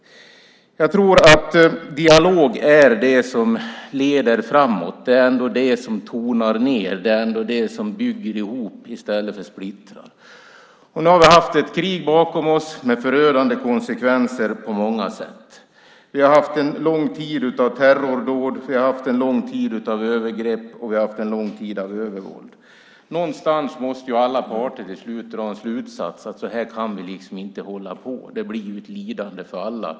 Jag tror att dialog är det som leder framåt. Det är ändå det som tonar ned. Det är ändå det som bygger ihop i stället för att splittra. Nu har vi ett krig bakom oss med förödande konsekvenser på många sätt. Vi har haft en lång tid av terrordåd, övergrepp och övervåld. Någonstans måste alla parter till slut dra slutsatsen att så här kan vi inte hålla på. Det blir ett lidande för alla.